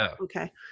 Okay